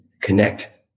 connect